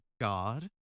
god